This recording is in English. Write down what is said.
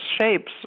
shapes